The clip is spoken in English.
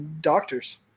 doctors